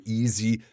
easy